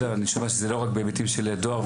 אני שומע שזה לא רק בהיבטים של דואר,